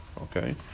okay